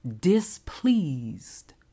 displeased